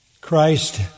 Christ